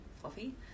fluffy